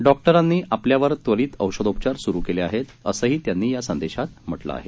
डॉक्टरांनी आपल्यावर त्वरीत औषधोपचार सुरू केले आहेत असंही त्यांनी या संदेशात म्हटलं आहे